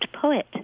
poet